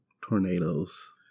tornadoes